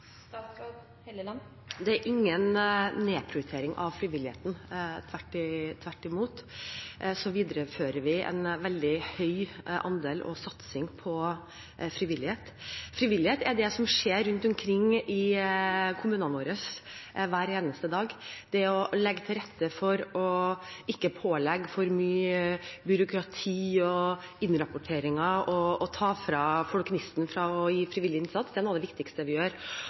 Det er ingen nedprioritering av frivilligheten. Tvert imot viderefører vi en veldig høy andel og satsing på frivillighet. Frivillighet er det som skjer rundt omkring i kommunene hver eneste dag. Det å legge til rette for ikke å pålegge for mye byråkrati og innrapporteringer, og ikke ta fra folk gnisten til å yte frivillig innsats, er noe av det viktigste vi gjør.